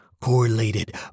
Correlated